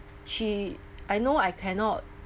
she I know I cannot